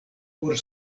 por